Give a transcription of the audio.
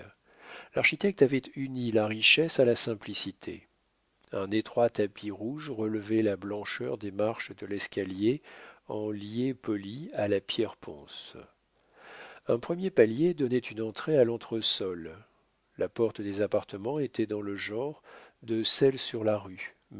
l'architecte avait uni la richesse à la simplicité un étroit tapis rouge relevait la blancheur des marches de l'escalier en liais poli à la pierre ponce un premier palier donnait une entrée à l'entresol la porte des appartements était dans le genre de celle sur la rue